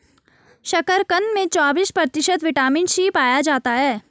शकरकंद में चौबिस प्रतिशत विटामिन सी पाया जाता है